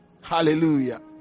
Hallelujah